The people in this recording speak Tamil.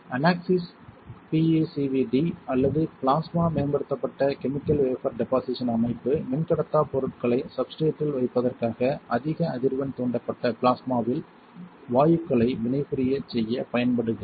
அனாக்சிஸ் பிஈசிவிடி அல்லது பிளாஸ்மா மேம்படுத்தப்பட்ட கெமிக்கல் வேபர் டெபொசிஷன் அமைப்பு மின்கடத்தாப் பொருட்களை சப்ஸ்ட்ரேட்டில் வைப்பதற்காக அதிக அதிர்வெண் தூண்டப்பட்ட பிளாஸ்மாவில் வாயுக்களை வினைபுரியச் செய்ய பயன்படுகிறது